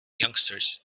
youngsters